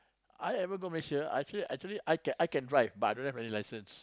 I ever go Malaysia I actually actually I I can drive but I don't have any license